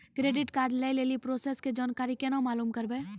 Credit card लय लेली process के जानकारी केना मालूम करबै?